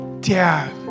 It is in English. Dad